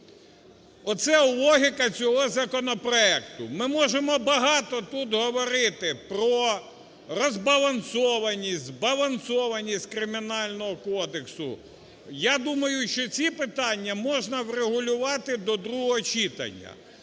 Оце логіка цього законопроекту. Ми можемо багато тут говорити про розбалансованість-збалансованість Кримінального кодексу, я думаю, що ці питання можна врегулювати до другого читання.